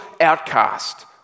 outcast